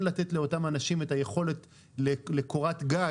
לתת לאותם אנשים את היכולת לקורת גג,